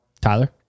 Tyler